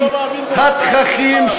התככים,